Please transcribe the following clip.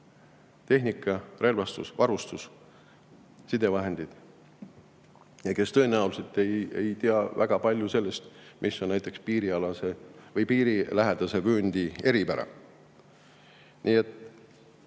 tehnika, relvastus, varustus ja sidevahendid ning kes tõenäoliselt ei tea väga palju sellest, mis on näiteks piirilähedase vööndi eripära.